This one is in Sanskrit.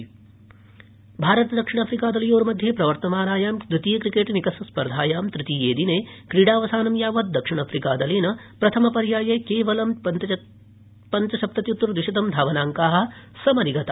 क्रिकेट भारतदक्षिणाफ्रिका दलयोर्मध्ये प्रवर्तमानायां द्वितीयक्रिकेटनिकषस्पर्धायां तृतीयदिने क्रीडावसान समयं यावत् दक्षिणाफ्रिका दलेन प्रथमपर्याये केवलं पंचसप्तत्युत्तरद्विशतं धावनांका समधिगता